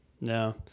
No